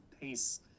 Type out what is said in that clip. pace